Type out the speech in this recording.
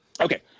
Okay